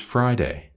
Friday